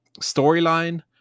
storyline